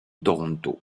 toronto